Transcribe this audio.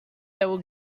were